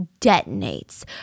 detonates